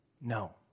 No